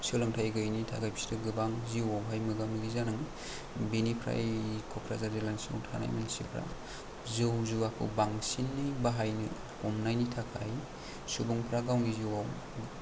सोंलोंथाय गैयैनि थाखाय बिसोरो जिउआव मोगा मोगि जानाङो बिनिफ्राय क'कराझार जिल्ला सिंआव थानाय मानसिफ्रा जौ जुवाखौ बांसिन बायनो हमनायनि थाखाय सुबुंफ्रा गावनि जिउआव